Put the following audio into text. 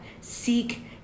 seek